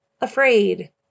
afraid